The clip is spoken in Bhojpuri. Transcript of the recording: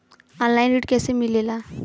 ऑनलाइन ऋण कैसे मिले ला?